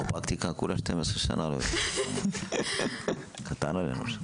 כירופרקטיקה, כולה 12 שנה, קטן עלינו...